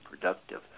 productive